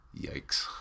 Yikes